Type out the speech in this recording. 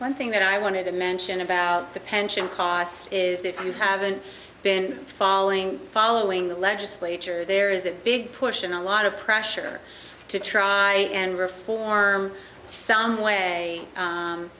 one thing that i wanted to mention about the pension costs is if you haven't been following following the legislature there is a big push in a lot of pressure to try and reform some way